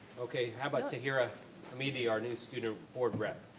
okay, how about tahera hamidi, our new student board rep?